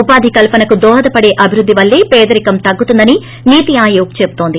ఉపాధి కల్రనకు దోహదపడే అభివృద్ది వల్లే పదరికం తగ్గుతుందని నీతిఆయాగ్ చెబుతోంది